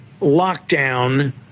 lockdown